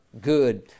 good